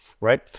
right